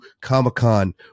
Comic-Con